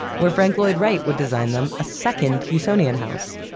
where frank lloyd wright would design them a second usonian house.